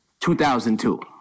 2002